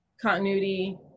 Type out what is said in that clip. continuity